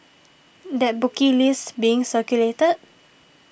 that bookie list being circulated